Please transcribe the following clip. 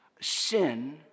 Sin